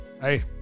Hey